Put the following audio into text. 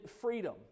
freedom